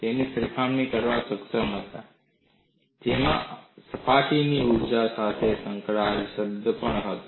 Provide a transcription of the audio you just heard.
તેની સરખામણી કરવામાં સક્ષમ હતા જેમાં સપાટીની ઊર્જા સાથે સંકળાયેલ શબ્દ પણ હતો